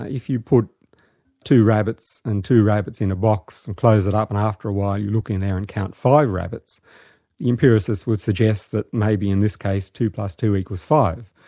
if you put two rabbits and two rabbits in a box and close it up and after a while you look in there and count five rabbits, the empiricist would suggest that maybe in this case two plus two equals five.